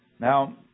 Now